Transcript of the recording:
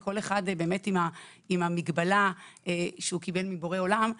כל אחד עם המגבלה שהוא קיבל מבורא עולם,